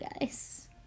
guys